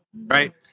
Right